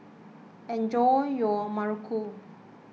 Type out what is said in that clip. enjoy your Muruku